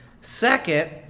Second